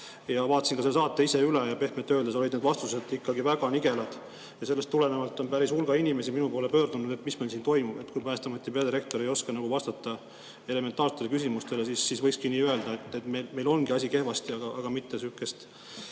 Vaatasin selle saate ise üle. Pehmelt öeldes olid need vastused ikkagi väga nigelad. Sellest tulenevalt on päris hulk inimesi minu poole pöördunud, et [küsida], mis meil siin toimub. Kui Päästeameti peadirektor ei oska vastata elementaarsetele küsimustele, siis võikski öelda, et meil ongi asi kehvasti, aga mitte sihukest